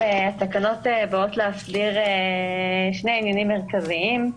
התקנות באות להסדיר שני עניינים מרכזיים.